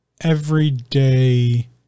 Everyday